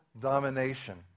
domination